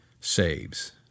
saves